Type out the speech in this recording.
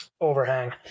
overhang